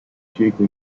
cieco